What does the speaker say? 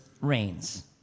reigns